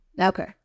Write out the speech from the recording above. Okay